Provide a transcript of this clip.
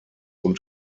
und